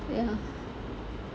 ya